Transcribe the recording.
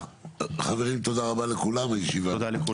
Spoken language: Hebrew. חברים, תודה רבה לכולם, הישיבה נעולה.